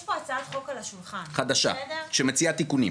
פה הצעת חוק על השולחן -- חדשה, שמציעה תיקונים.